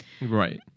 Right